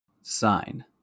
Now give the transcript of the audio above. Sign